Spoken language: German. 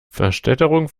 verstädterung